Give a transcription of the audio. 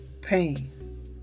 Pain